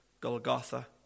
Golgotha